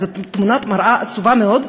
זאת תמונת מראה עצובה מאוד,